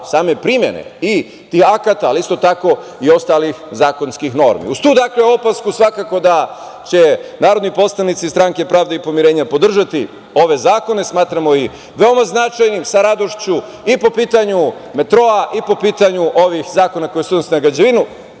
same primene tih akata, ali isto tako i ostalih zakonskih normi. Uz tu opasku, svakako da će narodni poslanici SPP podržati ove zakone. Smatramo ih veoma značajnim, sa radošću i po pitanju metroa i po pitanju ovih zakona koji se odnose na građevinu,